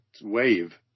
wave